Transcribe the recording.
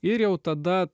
ir jau tada